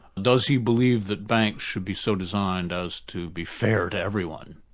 does he believe that banks should be so designed as to be fair to everyone?